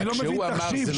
כשהוא אמר שזה לא נכון,